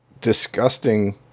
disgusting